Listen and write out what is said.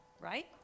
right